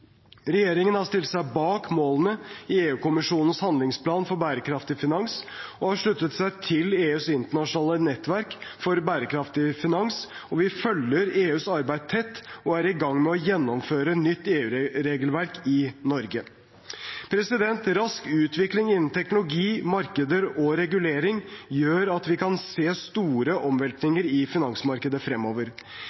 Regjeringen har stilt seg bak målene i EU-kommisjonens handlingsplan for bærekraftig finans og har sluttet seg til EUs internasjonale nettverk for bærekraftig finans. Vi følger EUs arbeid tett og er i gang med å gjennomføre nytt EU-regelverk i Norge. Rask utvikling innen teknologi, markeder og regulering gjør at vi kan se store